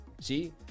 See